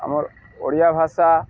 ଆମର୍ ଓଡ଼ିଆ ଭାଷା